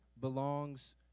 belongs